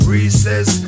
Recess